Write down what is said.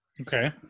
Okay